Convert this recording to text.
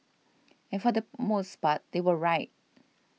and for the most part they were right